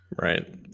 Right